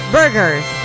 Burgers